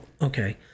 okay